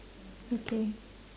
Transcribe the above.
okay